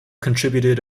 contributed